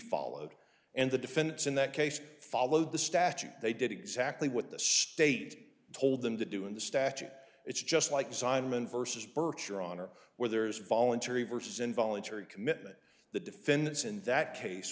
followed and the defendants in that case followed the statute they did exactly what the state told them to do in the statute it's just like assignment versus bircher honor where there is voluntary versus involuntary commitment the defendants in that case